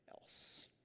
else